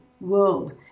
world